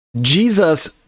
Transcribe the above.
Jesus